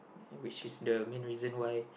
which is the main reason why